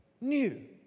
new